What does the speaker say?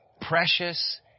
precious